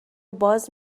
باز